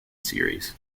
series